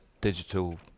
digital